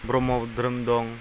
ब्रह्म धोरोम दं